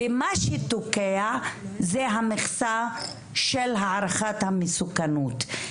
ומה שתוקע זה המכסה של הערכת המסוכנות.